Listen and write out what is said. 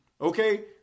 Okay